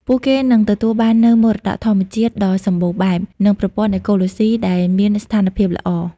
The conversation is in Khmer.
ពួកគេនឹងទទួលបាននូវមរតកធម្មជាតិដ៏សម្បូរបែប និងប្រព័ន្ធអេកូឡូស៊ីដែលមានស្ថានភាពល្អ។